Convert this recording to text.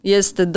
Jest